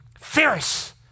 Fierce